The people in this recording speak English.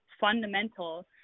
fundamental